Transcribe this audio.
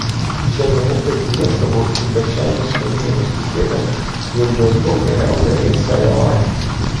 šeimininkai kviesdavo ir bešeimius kaimynus tikėdami jog dėl to geriau derėsią javai